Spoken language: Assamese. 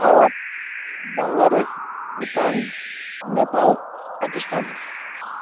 ভাৰত বাংলাদেশ ভূটান নেপাল পাকিস্তান